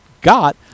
got –